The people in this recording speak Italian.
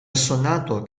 assonnato